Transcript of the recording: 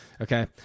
Okay